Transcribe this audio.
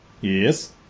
yes